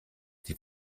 die